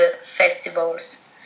festivals